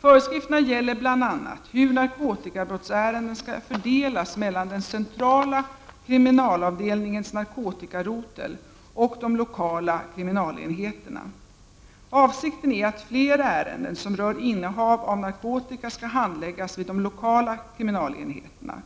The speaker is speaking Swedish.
Föreskrifterna gäller bl.a. hur narkotikabrottsärenden skall fördelas mellan den centrala kriminalavdelningens narkotikarotel och de lokala kriminalenheterna. Avsikten är att fler ärenden som rör innehav av narkotika skall handläggas vid de lokala kriminalenheterna.